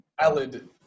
valid